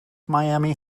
miami